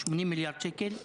80 מיליארד שקל,